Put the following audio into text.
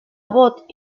abbott